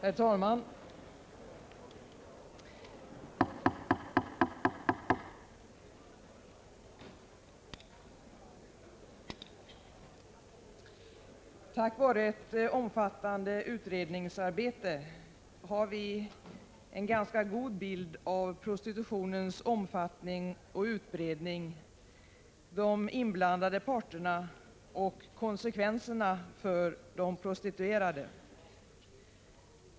Herr talman! Tack vare ett omfattande utredningsarbete har vi en ganska god bild av prostitutionens omfattning och utbredning, de inblandade parterna och konsekvenserna för de prostituerade.